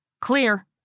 Clear